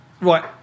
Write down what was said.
Right